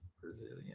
Brazilian